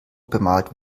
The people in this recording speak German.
bemalt